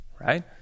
right